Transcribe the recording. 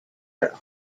are